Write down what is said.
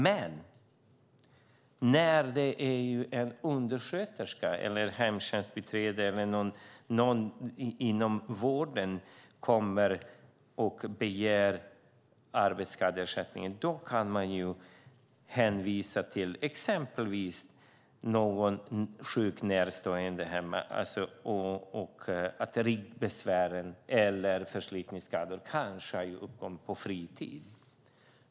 Men när en undersköterska, ett hemtjänstbiträde eller någon inom vården kommer och begär arbetsskadeersättning kan man hänvisa exempelvis till någon sjuk närstående hemma och till att ryggbesvären eller förslitningsskadorna kanske har uppkommit på fritiden.